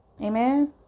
Amen